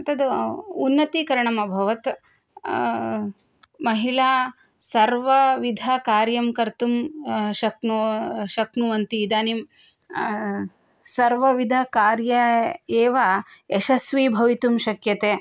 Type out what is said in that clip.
तत् उन्नतीकरणम् अभवत् महिला सर्वविधकार्यं कर्तुं शक्नुवन्ति इदानीं सर्वविधकार्ये एव यशस्वी भवितुं शक्यते